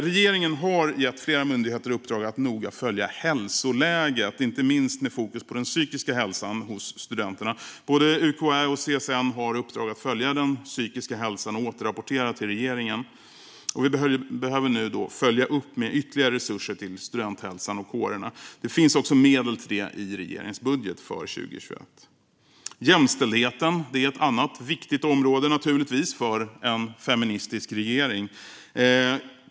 Regeringen har gett flera myndigheter i uppdrag att noga följa hälsoläget hos studenterna, inte minst med fokus på den psykiska hälsan. Både UKÄ och CSN har uppdrag att följa den psykiska hälsan och återrapportera till regeringen. Vi behöver nu följa upp det med ytterligare resurser till Studenthälsan och kårerna. Det finns också medel till det i regeringens budget för 2021. Jämställdheten är naturligtvis ett annat viktigt område för en feministisk regering.